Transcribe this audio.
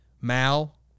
Mal